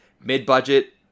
mid-budget